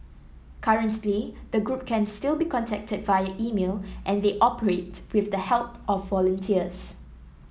currently the group can still be contacted via email and they operate with the help of volunteers